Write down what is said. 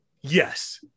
Yes